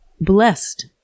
blessed